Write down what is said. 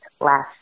last